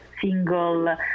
single